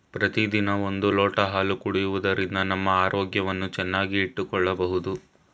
ಪ್ರತಿದಿನ ಒಂದು ಲೋಟ ಹಾಲು ಕುಡಿಯುವುದರಿಂದ ನಮ್ಮ ಆರೋಗ್ಯವನ್ನು ಚೆನ್ನಾಗಿ ಇಟ್ಟುಕೊಳ್ಳಬೋದು